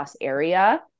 area